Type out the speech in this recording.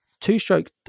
two-stroke